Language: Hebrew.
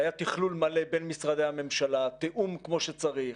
היה תכלול מלא בין משרדי הממשלה, תיאום כמו שצריך.